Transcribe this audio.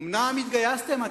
אומנם התגייסתם,